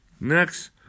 Next